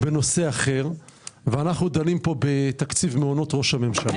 יש בשנה 10,000 מכתבים --- וזה קורה במעון הרשמי?